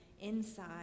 inside